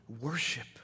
worship